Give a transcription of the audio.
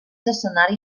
escenari